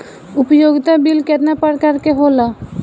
उपयोगिता बिल केतना प्रकार के होला?